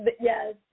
Yes